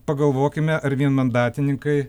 pagalvokime ar vienmandatininkai